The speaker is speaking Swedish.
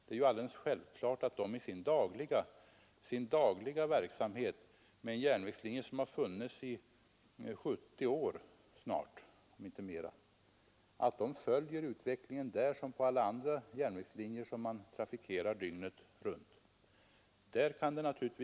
Det är självklart att SJ i sin dagliga verksamhet när det gäller en järnvägslinje som funnits i omkring 70 år följer utvecklingen där liksom på alla andra järnvägslinjer vilka trafikeras dygnet runt.